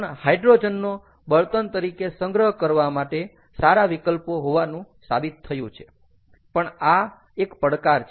પણ હાઇડ્રોજનનો બળતણ તરીકે સંગ્રહ કરવા માટે સારા વિકલ્પો હોવાનું સાબિત થયું છે પણ આ એક પડકાર છે